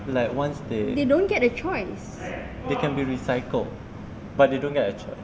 like once they they can be recycled but they don't get a choice